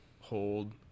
hold